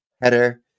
header